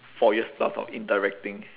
four years plus of interacting